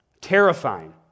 Terrifying